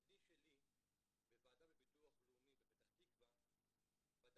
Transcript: את בני שלי בוועדה בביטוח לאומי בפתח תקווה בדק